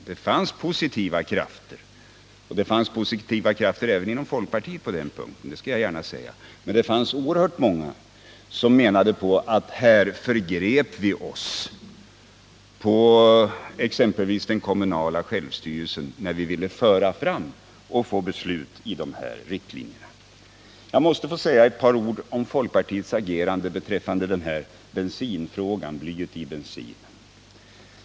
Det fanns dock positiva krafter. Det fanns positiva krafter även inom folkpartiet — det skall jag gärna säga. Men det fanns oerhört många som menade att vi förgrep oss på exempelvis den kommunala självstyrelsen, när vi förde fram de här riktlinjerna och ville få ett beslut. Jag måste få säga ett par ord om folkpartiets agerande när det gäller frågan om bly i bensinen.